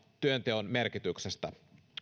työnteon merkityksestä